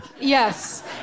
Yes